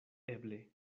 eble